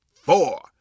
four